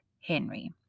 Henry